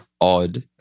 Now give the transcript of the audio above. odd